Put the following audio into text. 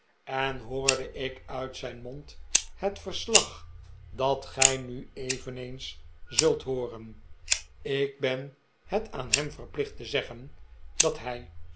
en hoorde ik uit zijn mond het verslag dat gij nu eveneens zult hooren ik ben het aan hem verplicht te zeggen dat hij